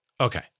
Okay